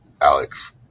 Alex